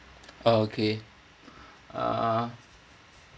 oh okay uh